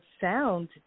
sound